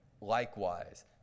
likewise